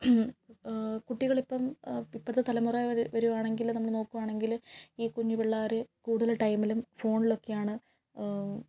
കുട്ടികളിപ്പം ഇപ്പത്തെ തലമുറ വരുവാണെങ്കില് നമ്മള് നോക്കുവാണെങ്കില് ഈ കുഞ്ഞു പിള്ളേര് കൂടുതൽ ടൈമിലും ഫോണിലൊക്കെയാണ്